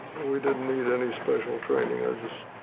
we didn't need any special training, i just